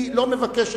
היא לא מבקשת